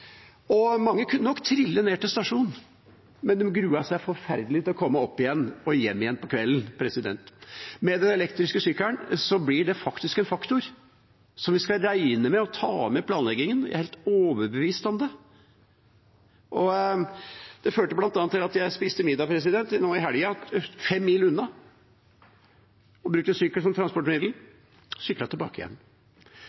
ligger. Mange kunne nok trille ned til stasjonen, men de gruer seg forferdelig til å komme opp igjen og hjem på kvelden. Med den elektriske sykkelen blir det faktisk en faktor vi skal regne med og ta med i planleggingen. Jeg er helt overbevist om det. Det førte bl.a. til at jeg nå i helgen spiste middag 5 mil unna og brukte sykkel som transportmiddel.